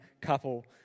couple